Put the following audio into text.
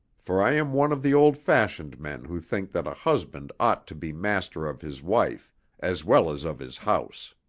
for i am one of the old-fashioned men who think that a husband ought to be master of his wife as well as of his house.